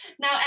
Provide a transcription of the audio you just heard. Now